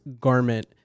garment